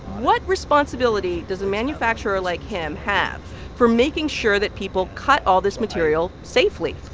what responsibility does a manufacturer like him have for making sure that people cut all this material safely?